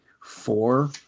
Four